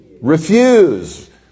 Refuse